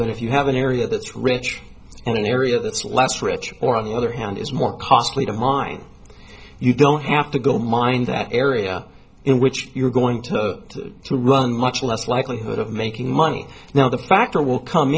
that if you have an area that's rich in an area that's less rich or on the other hand is more costly to mine you don't have to go mind that area in which you're going to to run much less likelihood of making money now the factor will come